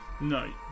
No